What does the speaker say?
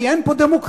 כי אין פה דמוקרטיה,